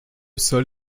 sol